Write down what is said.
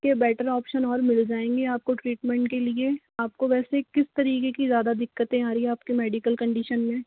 इसके better option और मिल जाएंगे आपको ट्रीटमेंट के लिए आपको वैसे किस तरीके की ज़्यादा दिक्कतें आ रही है आपके मेडिकल कंडिशन में